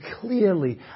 clearly